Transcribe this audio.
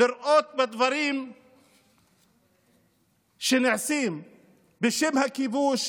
אי-אפשר לראות בדברים שנעשים בשם הכיבוש